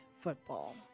football